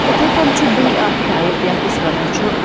یِتھَے کٔن چھُ بیٚیہِ اَکھ ٹایِپ یَتھ أسۍ وَنان چھُ